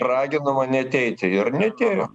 raginama neateiti ir neatėjo